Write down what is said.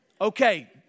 Okay